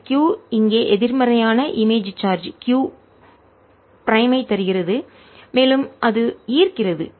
இந்த q இங்கே எதிர்மறையான இமேஜ் சார்ஜ் q ப்ரைம் ஐ தருகிறது மேலும் அது ஈர்க்கிறது